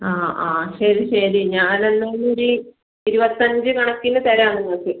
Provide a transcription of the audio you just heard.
ആ ആ ശരി ശരി ഞാൻ എല്ലാം കൂടി ഇരുപത്തിയഞ്ച് കണക്കിന് തരാം നിങ്ങൾക്ക്